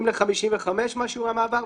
אם ל-55 מה שיעור המעבר,